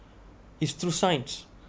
is through science